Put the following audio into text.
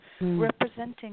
representing